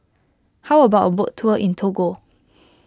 how about a boat tour in Togo